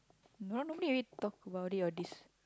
normally already talk about it or this